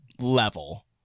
level